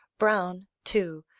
browne, too,